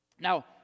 Now